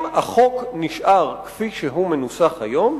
אם החוק נשאר כפי שהוא מנוסח היום,